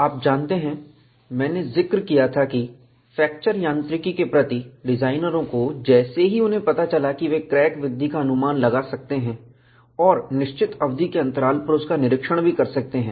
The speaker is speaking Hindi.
आप जानते हैं मैंने जिक्र किया था कि फ्रैक्चर यांत्रिकी के प्रति डिजाइनरों को जैसे ही उन्हें पता चला की वे क्रैक वृद्धि का अनुमान लगा सकते हैं और निश्चित अवधि के अंतराल पर उसका निरीक्षण भी कर सकते हैं